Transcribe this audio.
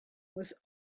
was